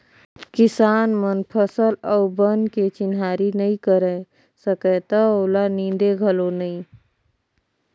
किसान मन फसल अउ बन के चिन्हारी नई कयर सकय त ओला नींदे घलो नई